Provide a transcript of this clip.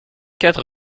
quatre